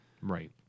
right